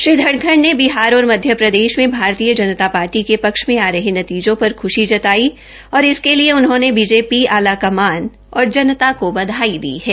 श्री धनखड़ ने बिहार और मध्यप्रदेश में भारतीय जनता पार्टी के पक्ष में आ रहे नतीजों पर खुशी जताई और इसके लिए उन्होंने बीजेपी आलाकमान और जनता को बधाई दी है